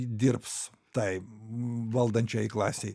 dirbs tai valdančiajai klasei